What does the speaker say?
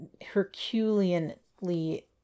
Herculeanly